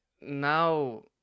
now